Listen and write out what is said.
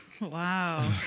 Wow